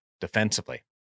Defensively